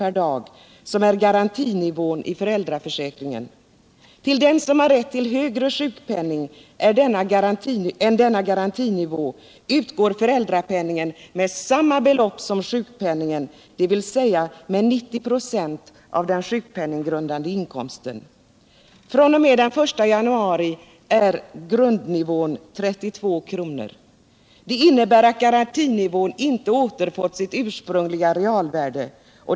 per dag, som alltså är garantinivån i föräldraförsäkringen. Till den som har rätt till högre sjukpenning än denna garantinivå utgår föräldrapenningen med samma belopp som sjukpenningen, dvs. med 90 96 av den sjukpenninggrundande inkomsten. Från och med den 1 januari 1978 är grundnivån 32 kr. Det innebär att garantinivån inte återfått sitt ursprungliga realvärde.